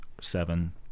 seven